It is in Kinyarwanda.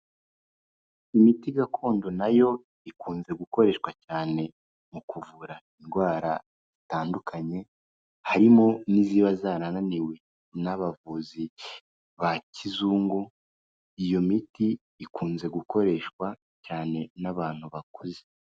Imiti gakondo nayo ikunze gukoreshwa cyane mu kuvura indwara zitandukanye, harimo n'iziba zananiwe n'abavuzi ba kizungu, iyo miti ikunze gukoreshwa cyane n'abantu bakuze.